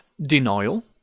denial